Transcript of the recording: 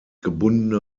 gebundene